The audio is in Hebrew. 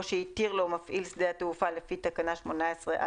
או שהתיר לו מפעיל שדה התעופה לפי תקנה 18(א2),